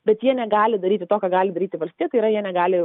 bet jie negali daryti to ką gali daryti valstija tai yra jie negali